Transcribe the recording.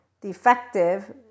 defective